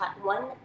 one